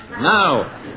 Now